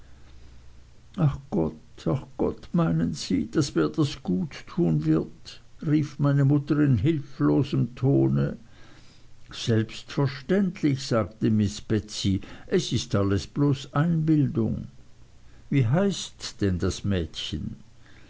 ach gott ach gott meinen sie daß mir das gut tun wird rief meine mutter in hilflosem tone selbstverständlich sagte miß betsey es ist alles bloß einbildung wie heißt denn das mädchen